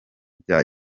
bya